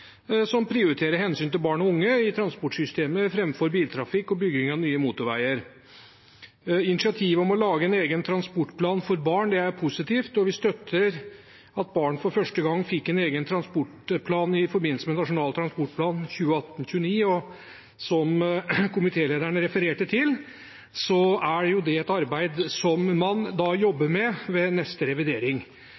som prioriterer hensynet til barn og unge i transportsystemer framfor biltrafikk og bygging av nye motorveier. Initiativet om å lage en egen transportplan for barn er positivt. Vi støtter at barn fikk en egen transportplan for første gang i forbindelse med Nasjonal transportplan 2018–2029. Som komitélederen refererte til, er det et arbeid man jobber